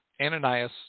Ananias